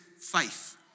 faith